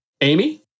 Amy